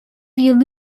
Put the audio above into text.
you